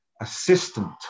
assistant